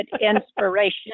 inspiration